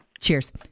Cheers